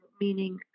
meaning